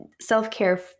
Self-care